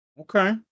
Okay